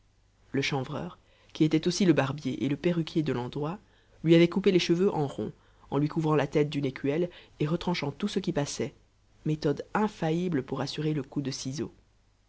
le chanvreur qui était aussi le barbier et le perruquier de l'endroit lui avait coupé les cheveux en rond en lui couvrant la tête d'une écuelle et retranchant tout ce qui passait méthode infaillible pour assurer le coup de ciseau